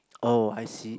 oh I see